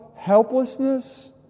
helplessness